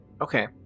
Okay